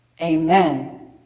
Amen